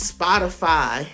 Spotify